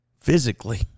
physically